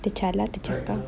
tercalar tercatat